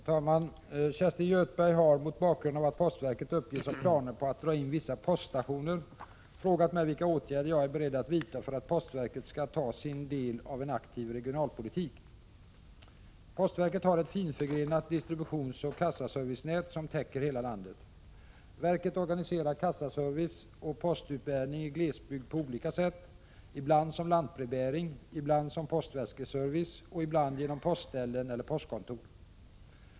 Herr talman! Kerstin Göthberg har, mot bakgrund av att postverket uppges ha planer på att dra in vissa poststationer, frågat mig vilka åtgärder jag är beredd att vidta för att postverket skall ta sin del av en aktiv regionalpolitik. Postverket har ett finförgrenat distributionsoch kassaservicenät som täcker hela landet. Verket organiserar kassaservice och postutbärning i glesbygd på olika sätt, ibland som lantbrevbäring, ibland som postväskservice och ibland genom postställen eller postkontor.